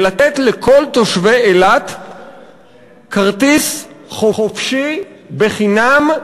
לתת לכל תושבי אילת כרטיס חופשי בחינם,